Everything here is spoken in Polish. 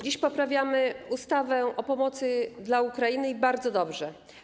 Dziś poprawiamy ustawę o pomocy dla Ukrainy, i bardzo dobrze.